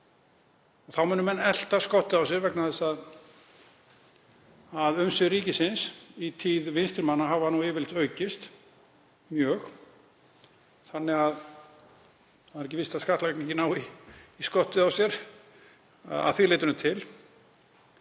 Þá munu menn elta skottið á sér vegna þess að umsvif ríkisins í tíð vinstri manna hafa nú yfirleitt aukist mjög þannig að ekki er víst að skattlagningin nái í skottið á sér að því leytinu til.